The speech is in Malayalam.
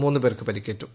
മൂന്നുപേർക്ക് പരിക്കേറ്റു